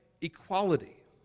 equality